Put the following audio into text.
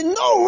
no